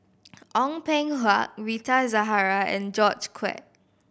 Ong Peng Hua Rita Zahara and George Quek